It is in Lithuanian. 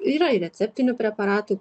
yra ir receptinių preparatų